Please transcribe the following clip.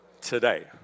today